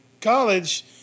college